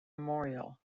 memorial